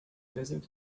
desert